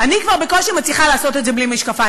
אני כבר בקושי מצליחה לעשות את זה בלי משקפיים,